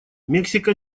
мексика